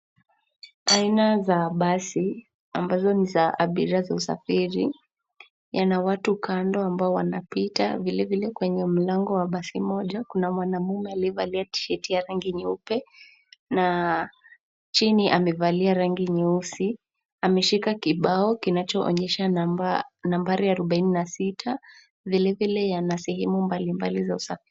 Aina za basi ambazo ni za abiria za usafiri, yana watu kando ambao wanapita vile vile kwenye mlango wa basi moja, kuna mwana mume aliyevalia jaketi ya rangi nyeupe, na chini amevalia rangi nyeusi. Ameshika kibao kinachoonyesha nambari arubaini na sita, vile vile na ya sehemu mbali mbali ya usafiri.